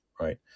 right